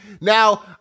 Now